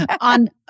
on